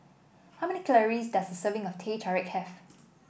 how many calories does a serving of Teh Tarik have